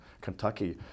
Kentucky